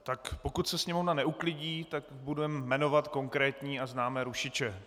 Tak pokud se sněmovna neuklidní, tak budeme jmenovat konkrétní a známé rušiče.